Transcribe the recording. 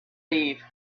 eve